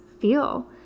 feel